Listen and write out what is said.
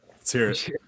serious